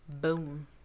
Boom